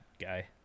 guy